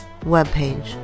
webpage